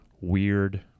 weird